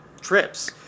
trips